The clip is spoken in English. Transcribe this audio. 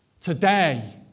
today